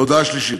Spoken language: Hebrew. הודעה שלישית.